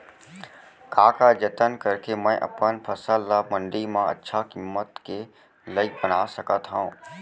का का जतन करके मैं अपन फसल ला मण्डी मा अच्छा किम्मत के लाइक बना सकत हव?